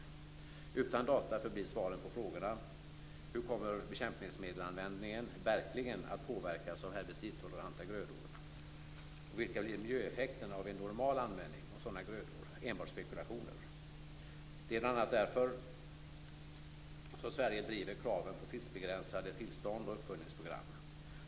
Utan data förblir svaren på frågorna - hur kommer bekämpningsmedelsanvändningen verkligen att påverkas av herbicidtoleranta grödor och vilka blir miljöeffekterna av en så att säga normal användning av sådana grödor - enbart spekulationer. Det är bl.a. därför som Sverige driver kraven på tidsbegränsade tillstånd och uppföljningsprogram.